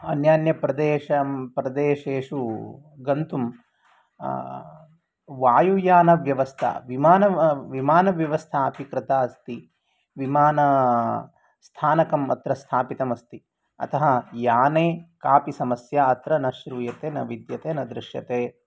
अन्यान्यप्रदेशं प्रदेशेषु गन्तुं वायुयानव्यवस्था विमानव्यवस्था अपि कृता अस्ति विमान स्थानकम् अत्र स्थापितम् अस्ति अतः याने कापि समस्या अत्र न श्रूयते न विद्यते न दृश्यते